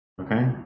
Okay